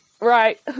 Right